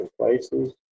places